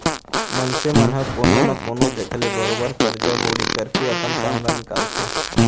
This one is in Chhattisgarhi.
मनसे मन ह कोनो न कोनो जघा ले बरोबर करजा बोड़ी करके अपन काम ल निकालथे